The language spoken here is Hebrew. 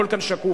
הכול כאן שקוף: